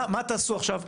מה תעשו עכשיו?